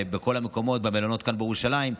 במלונות כאן בירושלים,